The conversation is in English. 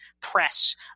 press